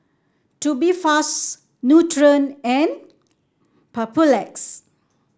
Tubifast Nutren and Papulex